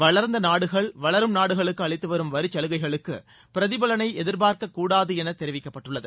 வளர்ந்த நாடுகள் வளரும் நாடுகளுக்கு அளித்து வரும் சலுகைகளுக்கு பிரதிபலனை எதிர்பார்க்கக் கூடாது என தெரிவிக்கப்பட்டுள்ளது